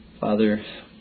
Father